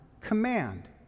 command